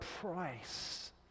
price